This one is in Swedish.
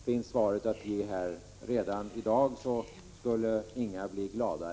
Finns svaret att ge här i dag, skulle ingen bli gladare än de berörda familjerna.